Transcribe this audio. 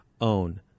own